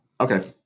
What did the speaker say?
Okay